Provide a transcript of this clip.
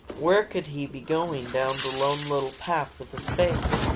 where could he be going down the lone little path with a spade?